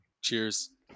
Cheers